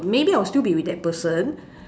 maybe I will still be with that person